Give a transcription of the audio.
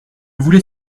voulait